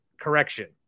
Correction